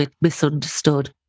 misunderstood